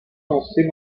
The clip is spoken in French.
lancers